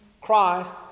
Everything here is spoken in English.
Christ